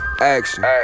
action